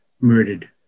murdered